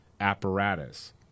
apparatus